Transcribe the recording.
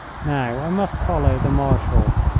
now i must follow the marshal.